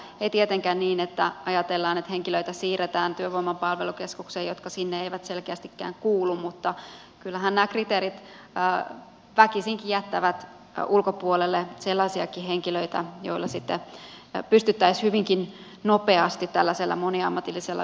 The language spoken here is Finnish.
ei tietenkään niin että ajatellaan että siirretään työvoiman palvelukeskukseen henkilöitä jotka sinne eivät selkeästikään kuulu mutta kyllähän nämä kriteerit väkisinkin jättävät ulkopuolelle sellaisiakin henkilöitä joita pystyttäisiin hyvinkin nopeasti tällaisella moniammatillisella yhteistyöllä auttamaan